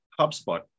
HubSpot